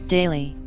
Daily